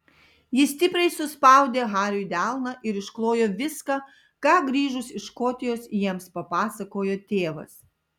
ji stipriai suspaudė hariui delną ir išklojo viską ką grįžus iš škotijos jiems papasakojo tėvas